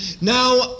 Now